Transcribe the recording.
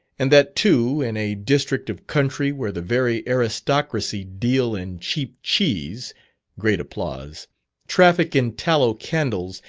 and that too in a district of country where the very aristocracy deal in cheap cheese great applause traffic in tallow candles,